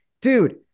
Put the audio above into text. Dude